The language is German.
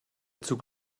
zug